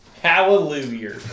Hallelujah